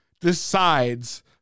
decides